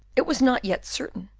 it was not yet certain,